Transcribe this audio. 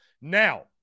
Now